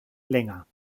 länger